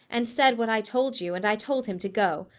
and said what i told you, and i told him to go.